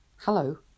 Hello